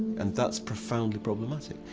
and that's profoundly problematic,